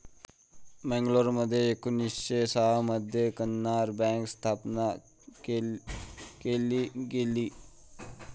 मंगलोरमध्ये एकोणीसशे सहा मध्ये कॅनारा बँक स्थापन केली गेली